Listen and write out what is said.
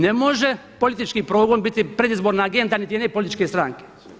Ne može politički progon biti predizborna agenda niti jedne političke stranke.